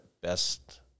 best